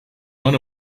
run